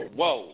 Whoa